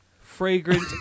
fragrant